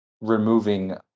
removing